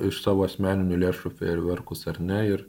iš savo asmeninių lėšų fejerverkus ar ne ir